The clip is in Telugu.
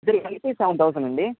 ఇద్దరికీ కలిపి సెవెన్ థౌజండ్ అండి